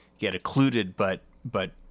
get occluded but, but